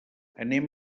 anem